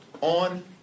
on